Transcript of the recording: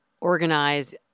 organize